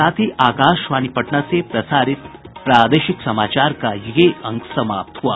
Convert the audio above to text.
इसके साथ ही आकाशवाणी पटना से प्रसारित प्रादेशिक समाचार का ये अंक समाप्त हुआ